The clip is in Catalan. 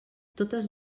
totes